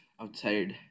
outside